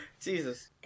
Jesus